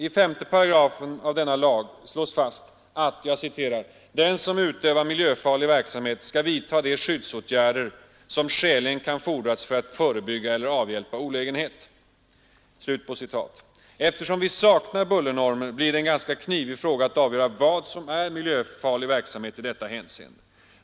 I 5 § i denna lag slås fast: ”Den som utövar ——— miljöfarlig verksamhet skall vidtaga de skyddåtgärder ——— som skäligen kan fordras för att förebygga eller avhjälpa olägenhet.” Eftersom vi saknar bullernormer blir det en ganska knivig fråga att avgöra vad som är miljöfarlig verksamhet i detta hänseende.